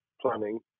planning